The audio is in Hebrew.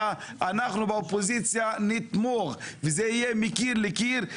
אנחנו באופוזיציה נתמוך וזה יהיה מקיר לקיר.